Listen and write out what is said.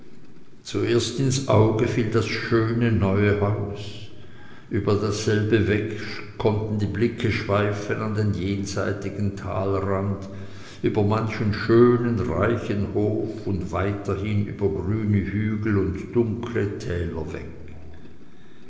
zuerst ins auge fiel das schöne neue haus über dasselbe weg konnten die blicke schweifen an den jenseitigen talesrand über manchen schönen reichen hof und weiterhin über grüne hügel und dunkle täler weg